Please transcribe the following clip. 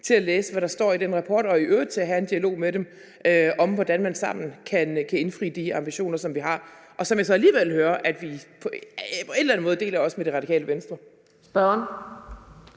til at læse, hvad der står i den rapport og i øvrigt til at have en dialog med dem om, hvordan man sammen kan indfri de ambitioner, som vi har, og som jeg så alligevel hører, at vi på en eller anden måde også deler med Radikale Venstre.